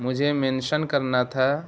مجھے مینشن کرنا تھا